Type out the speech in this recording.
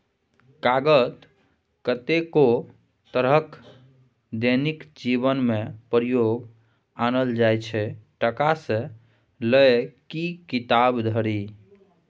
कागत कतेको तरहक दैनिक जीबनमे प्रयोग आनल जाइ छै टका सँ लए कए किताब धरि